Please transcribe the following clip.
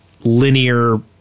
linear